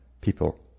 people